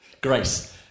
grace